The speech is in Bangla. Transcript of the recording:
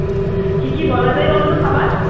হুম কী কী বলা যায় বলো তো খাবার